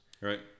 Right